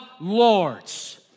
Lords